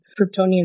Kryptonian